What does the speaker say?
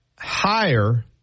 higher